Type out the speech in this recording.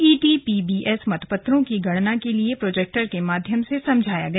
ETPBS मतपत्रों की गणना के लिए प्रोजेक्टर के माध्यम से समझाया गया